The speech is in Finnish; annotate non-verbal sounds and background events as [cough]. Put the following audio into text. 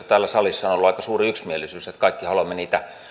[unintelligible] täällä salissahan on ollut aika suuri yksimielisyys että kaikki haluamme niitä